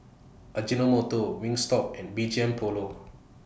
Ajinomoto Wingstop and B G M Polo